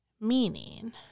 meaning